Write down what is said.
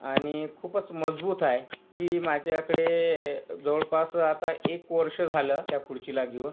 आणि खूपच मजबूत आहे ती माझ्याकडे जवळपास आता एक वर्ष झालं त्या खुर्चीला घेऊन